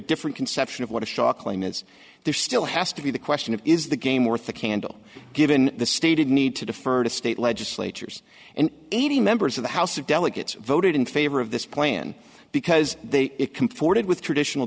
different conception of what a shock lane is there still has to be the question of is the game worth the candle given the stated need to defer to state legislatures and eighty members of the house of delegates voted in favor of this plan because they it comported with traditional